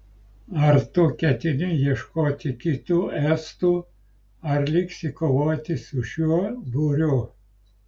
ar tu ketini ieškoti kitų estų ar liksi kovoti su šiuo būriu